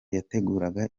yateguraga